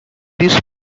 this